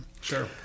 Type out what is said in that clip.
Sure